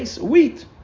wheat